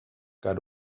got